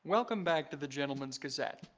welcome back to the gentleman's gazette!